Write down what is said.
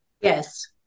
Yes